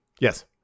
Yes